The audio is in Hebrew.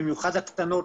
במיוחד הקטנות,